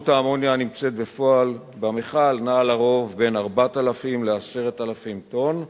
וכמות האמוניה הנמצאת בפועל במכל נעה לרוב בין 4,000 ל-10,000 טון,